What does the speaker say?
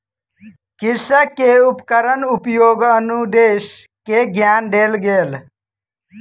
कृषक के उपकरण उपयोगक अनुदेश के ज्ञान देल गेल